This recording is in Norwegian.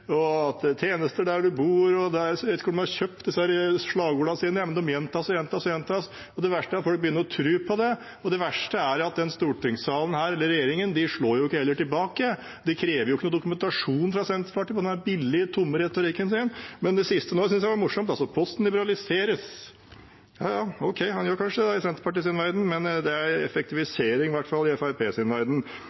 og om tjenester der man bor. Jeg vet ikke hvor de har kjøpt disse slagordene sine, men de gjentas og gjentas og gjentas, og det verste er at folk begynner å tro på det. Det verste er at stortingssalen – eller regjeringen – heller ikke slår tilbake, man krever ikke dokumentasjon fra Senterpartiet på denne billige, tomme retorikken. Det siste nå syntes jeg var morsomt: Posten liberaliseres. Ja, den gjør kanskje det i Senterpartiets verden, men det er i hvert fall effektivisering i Fremskrittspartiets verden.